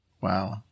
Wow